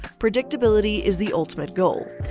predictability is the ultimate goal.